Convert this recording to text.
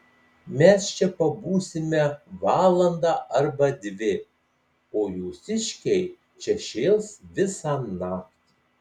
mes čia pabūsime valandą arba dvi o jūsiškiai čia šėls visą naktį